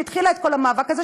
שהתחילה את כל המאבק הזה,